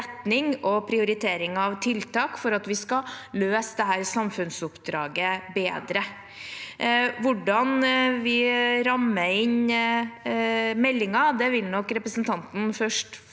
og prioritering av tiltak for at vi skal kunne løse dette samfunnsoppdraget bedre. Hvordan vi rammer inn meldingen, vil nok representanten først